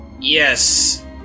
Yes